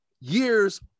years